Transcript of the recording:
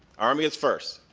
army is first.